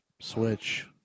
Switch